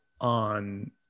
on